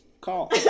call